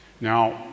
Now